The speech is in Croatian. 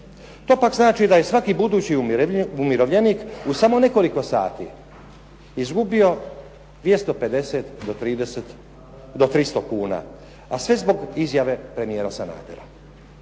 To pak znači da je svaki budući umirovljenik u samo nekoliko sati izgubio 250 do 300 kuna a sve zbog izjave premijera Sanadera.